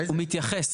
הוא מתייחס,